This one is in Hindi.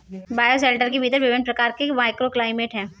बायोशेल्टर के भीतर विभिन्न प्रकार के माइक्रोक्लाइमेट हैं